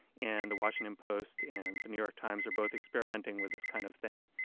and the washington post and the new york times are both experimenting with this kind of thing.